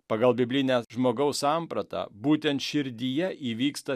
pagal biblinę žmogaus sampratą būtent širdyje įvyksta